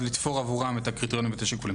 לתפור עבורן את הקריטריונים והשיקולים.